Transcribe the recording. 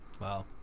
wow